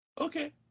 Okay